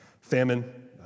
Famine